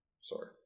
sorry